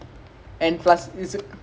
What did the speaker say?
actually ah I mean we can try lah